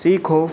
सीखो